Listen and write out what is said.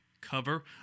cover